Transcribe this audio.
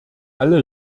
alle